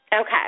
Okay